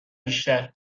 بیشتر